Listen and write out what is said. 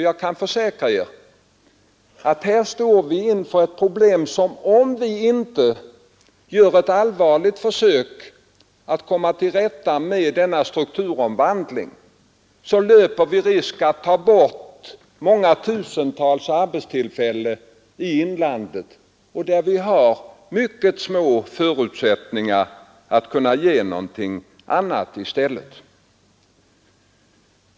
Jag kan försäkra er att vi här står inför ett sådant problem att vi, om vi inte gör ett allvarligt försök att komma till rätta med denna strukturomvandling, löper risk att förlora många tusental arbetstillfällen i inlandet, där vi har mycket små förutsättningar att ge någonting annat i stället.